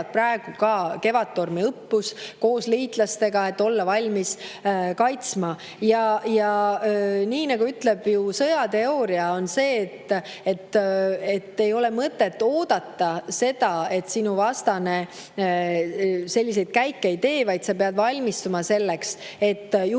praegu ka Kevadtormi õppus koos liitlastega, et olla valmis kaitsma. Ja nii nagu ütleb sõjateooria: ei ole mõtet oodata seda, et sinu vastane selliseid käike ei tee, vaid sa pead valmistuma juhuks, kui